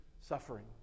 suffering